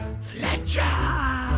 Fletcher